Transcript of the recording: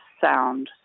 sound